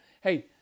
Hey